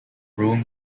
rouen